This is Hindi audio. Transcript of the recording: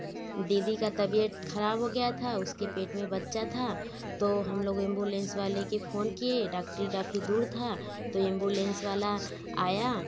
दीदी की तबियत खराब हो गया था उसके पेट में बच्चा था तो हम लोग एम्बुलेंस वाले के फोन किए डॉक्टरी काफ़ी दूर था तो एम्बुलेंस वाला आया